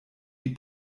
die